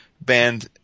band